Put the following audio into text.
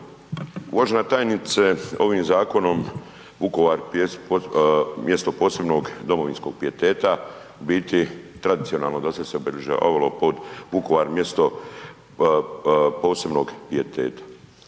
Uvažena tajnice ovim zakonom Vukovar mjesto posebnog domovinskog pijeteta biti tradicionalno dosada se obilježavalo pod Vukovar mjesto posebnog pijeteta.